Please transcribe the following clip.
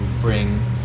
bring